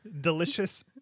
Delicious